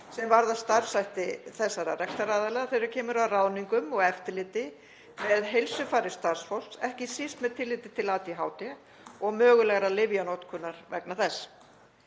sem varða starfshætti þessara rekstraraðila þegar kemur að ráðningum og eftirliti með heilsufari starfsfólks, ekki síst með tilliti til ADHD og mögulegrar lyfjanotkunar vegna þess.